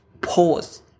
pause